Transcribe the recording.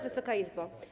Wysoka Izbo!